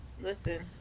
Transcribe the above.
Listen